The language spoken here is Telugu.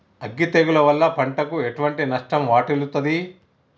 అగ్గి తెగులు వల్ల పంటకు ఎటువంటి నష్టం వాటిల్లుతది?